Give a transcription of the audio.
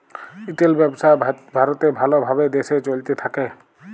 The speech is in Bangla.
রিটেল ব্যবসা ভারতে ভাল ভাবে দেশে চলতে থাক্যে